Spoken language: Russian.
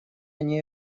они